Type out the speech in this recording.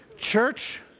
church